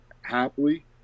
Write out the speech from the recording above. happily